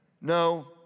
no